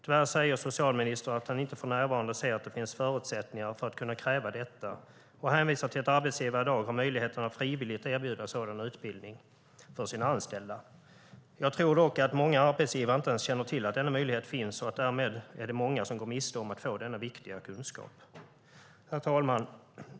Tyvärr säger socialministern att han för närvarande inte ser att det finns förutsättningar för att kräva detta och hänvisar till att arbetsgivare i dag har möjlighet att frivilligt erbjuda sådan utbildning till sina anställda. Jag tror dock att många arbetsgivare inte ens känner till att denna möjlighet finns och att det därmed är många som går miste om att få denna viktiga kunskap. Herr talman!